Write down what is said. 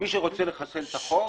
מי שרוצה לחסל את החוק,